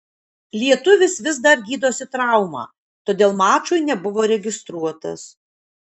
lietuvis vis dar gydosi traumą todėl mačui nebuvo registruotas